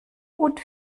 gut